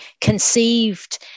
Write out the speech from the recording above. conceived